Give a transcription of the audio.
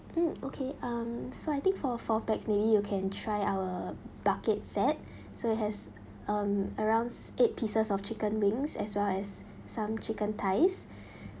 mm okay um so I think for four pax maybe you can try our bucket set so it has um around s~ eight pieces of chicken wings as well as some chicken thighs